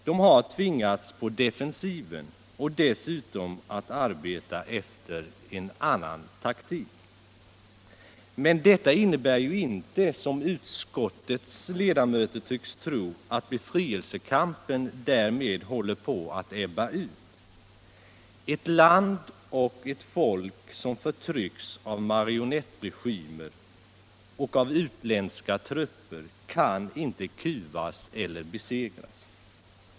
Den har tvingats på defensiven och dessutom att arbeta efter en annan taktik. Men detta innebär ju inte - som utskottets ledamöter tycks tro — att befrielsekampen därmed håller på att ebba ut. Ett land och ett folk som förtrycks av marionettregimer och av utländska trupper kan inte kuvas eller besegras.